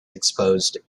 exposed